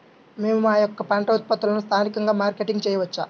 మేము మా యొక్క పంట ఉత్పత్తులని స్థానికంగా మార్కెటింగ్ చేయవచ్చా?